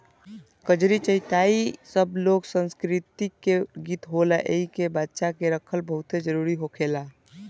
कजरी, चइता इ सब लोक संस्कृति के गीत होला एइके बचा के रखल बहुते जरुरी होखेला